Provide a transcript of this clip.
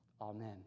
Amen